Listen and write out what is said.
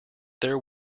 there